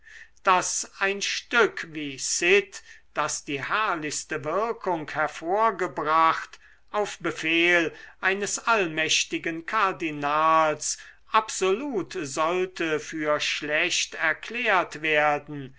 daß ein stück wie cid das die herrlichste wirkung hervorgebracht auf befehl eines allmächtigen kardinals absolut sollte für schlecht erklärt werden